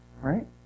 Right